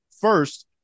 first